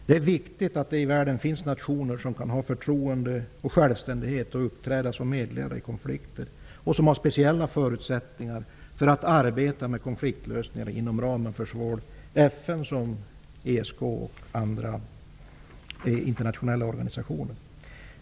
Det är viktigt att det i världen finns nationer som kan åtnjuta förtroende och visa självständighet och som kan fungera som medlare i konflikter, nationer som har speciella förutsättningar för att arbeta med konfliktlösningar inom ramen för såväl FN som ESK och andra internationella organisationer.